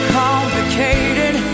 complicated